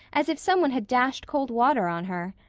as if some one had dashed cold water on her.